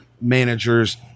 managers